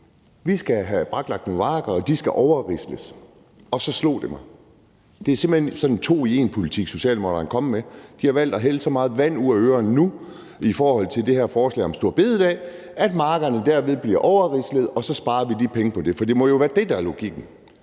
vi skal have braklagt nogle marker, og de skal overrisles, og så slog det mig, at det simpelt hen er sådan en to i en-politik, Socialdemokraterne er kommet med. De har valgt at hælde så meget vand ud af ørerne nu i forhold til det her forslag om store bededag, at markerne derved bliver overrislet, og så sparer vi de penge til det. For det må jo være det, der er logikken.